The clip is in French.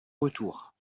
retour